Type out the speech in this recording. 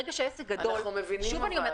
אבל אנחנו מבינים.